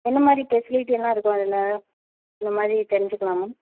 என்ன மாதிரி ஃபெஸ்லிட்டியலாம் இருக்கும் அதில் அந்த மாதிரி தெரிஞ்சிக்கிலாமா